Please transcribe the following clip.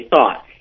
thought